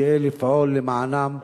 גאה לפעול למענם,